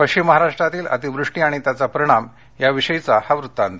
पश्चिम महाराष्ट्रातील अतिवृष्टी आणि त्याचा परिणाम याविषयीचा हा वृत्तांत